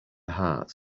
hearts